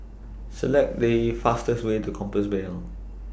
Select The fastest Way to Compassvale